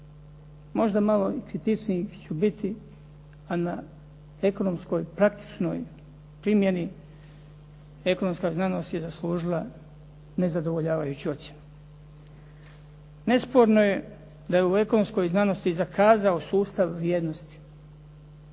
Možda malo kritičniji ću biti ali na ekonomskoj praktičnoj primjeni ekonomska znanost je zaslužila nezadovoljavajuću ocjenu. Nesporno je da je u ekonomskoj znanosti zakazao sustav vrijednosti.